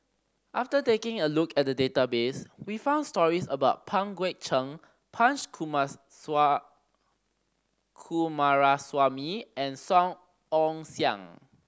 after taking a look at the database we found stories about Pang Guek Cheng Punch Coomaraswamy and Song Ong Siang